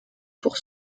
pour